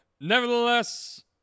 Nevertheless